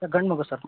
sir ಗಂಡು ಮಗು sir